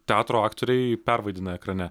teatro aktoriai pervaidina ekrane